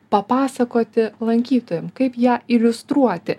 papasakoti lankytojam kaip ją iliustruoti